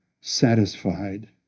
satisfied